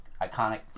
iconic